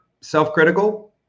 self-critical